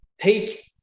take